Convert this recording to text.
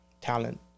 talent